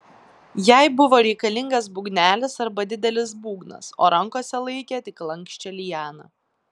jai buvo reikalingas būgnelis arba didelis būgnas o rankose laikė tik lanksčią lianą